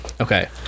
Okay